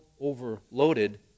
overloaded